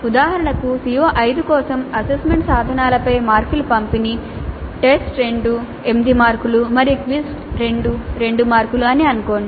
ఉదాహరణకు CO5 కోసం assessment సాధనాలపై మార్కుల పంపిణీ టెస్ట్ 2 8 మార్కులు మరియు క్విజ్ 2 2 మార్కులు అని అనుకోండి